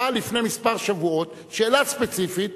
שאל לפני שבועות מספר שאלה ספציפית,